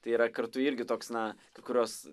tai yra kartu irgi toks na kai kurios